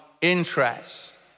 interests